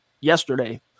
yesterday